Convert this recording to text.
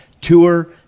Tour